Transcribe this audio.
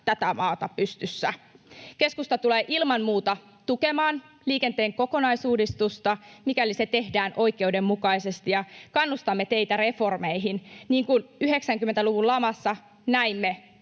tätä maata pystyssä. Keskusta tulee ilman muuta tukemaan liikenteen kokonaisuudistusta, mikäli se tehdään oikeudenmukaisesti, ja kannustamme teitä reformeihin. Niin kuin 90-luvun lamassa näimme,